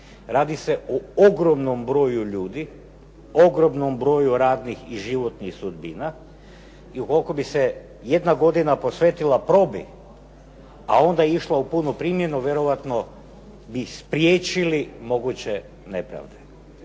Radi se o ogromnom broju ljudi, ogromnom broju radnih i životnih sudbina i ukoliko bi se jedna godina posvetila probi, a onda išla u punu primjenu, vjerojatno bi spriječili moguće nepravde.